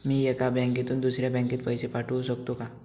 मी एका बँकेतून दुसऱ्या बँकेत पैसे पाठवू शकतो का?